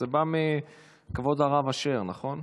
זה בא מכבוד הרב אשר, נכון?